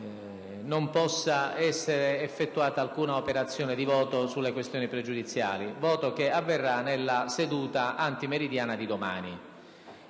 non possa essere effettuata alcuna operazione di voto sulle questioni stesse. Tale voto avverrà nella seduta antimeridiana di domani.